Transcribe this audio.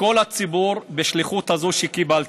כל הציבור, בשליחות הזאת שקיבלתי.